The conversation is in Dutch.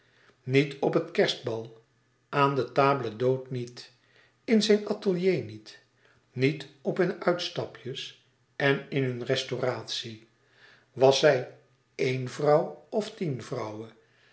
niet op het kerstbal aan de table d'hôte niet in zijn atelier niet niet op hun uitstapjes en in hun restauratie was zij éene vrouw of tien vrouwen